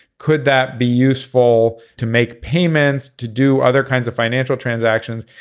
could that be useful to make payments to do other kinds of financial transactions.